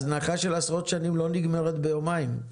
הזנחה של עשרות שנים לא נגמרת ביומיים.